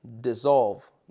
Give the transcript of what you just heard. dissolve